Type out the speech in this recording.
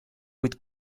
kuid